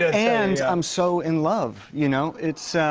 and i'm so in love, you know. yeah,